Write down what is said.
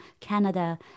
Canada